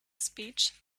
speech